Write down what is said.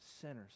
sinners